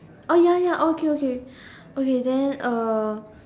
oh ya ya okay okay okay then uh